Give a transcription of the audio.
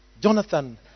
Jonathan